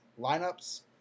lineups